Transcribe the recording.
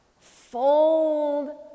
fold